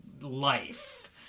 life